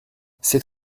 c’est